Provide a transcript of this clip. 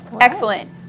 Excellent